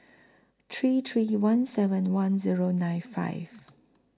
three three one seven one Zero nine five